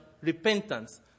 repentance